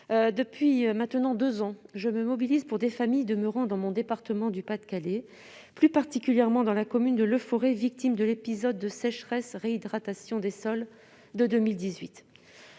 depuis maintenant deux ans, je me mobilise pour des familles demeurant dans le département dont je suis élue, le Pas-de-Calais, plus particulièrement dans la commune de Leforest, victime de l'épisode de sécheresse-réhydratation des sols de 2018.